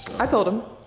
i told em.